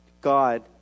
God